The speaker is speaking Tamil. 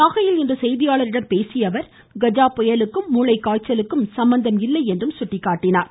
நாகையில் இன்று செய்தியாளர்களிடம் பேசிய அவர் கஜா புயலுக்கும் மூளைக் காய்ச்சலுக்கும் சம்மந்தம் இல்லை என்று குறிப்பிட்டார்